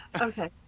Okay